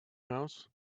house